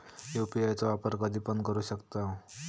UPI चो वापर कधीपण करू शकतव?